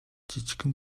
жижигхэн